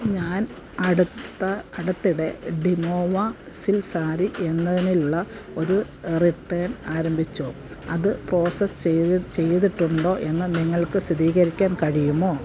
ഞാൻ അടുത്ത അടുത്തിടെ ഡിമോവ സിൽക്ക് സാരി എന്നതിനുള്ള ഒരു റിട്ടേൺ ആരംഭിച്ചു അത് പ്രോസസ്സ് ചെയ്തിട്ടുണ്ടോ എന്ന് നിങ്ങൾക്ക് സ്ഥിരീകരിക്കാൻ കഴിയുമോ